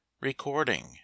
Recording